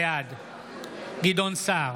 בעד גדעון סער,